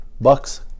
Bucks